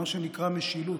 מה שנקרא משילות.